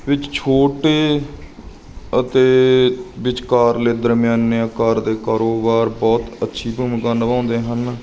ਵਿੱਚ ਛੋਟੇ ਅਤੇ ਵਿਚਕਾਰਲੇ ਦਰਮਿਆਨੇ ਕਾਰ ਦੇ ਕਾਰੋਬਾਰ ਬਹੁਤ ਅੱਛੀ ਭੂਮਿਕਾ ਨਿਭਾਉਂਦੇ ਹਨ